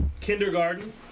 kindergarten